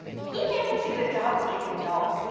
he managed to get a job at jpl,